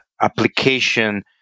application